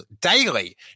daily